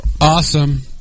Awesome